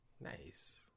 Nice